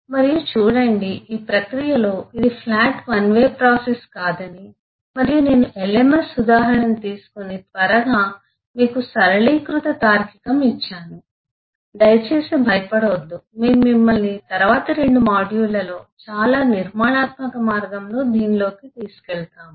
మరియు చూడండి ఈ ప్రక్రియలో ఇది ఫ్లాట్ వన్ వే ప్రాసెస్ కాదని మరియు నేను LMS ఉదాహరణను తీసుకొని త్వరగా మీకు సరళీకృత తార్కికం ఇచ్చాను దయచేసి భయపడవద్దు మేము మిమ్మల్ని తరువాతి రెండు మాడ్యూళ్ళలో చాలా నిర్మాణాత్మక మార్గంలో దీనిలోకి తీసుకెళ్తాము